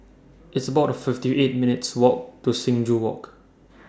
It's about fifty eight minutes' Walk to Sing Joo Walk